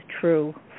true